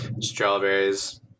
strawberries